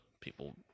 people